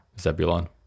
Zebulon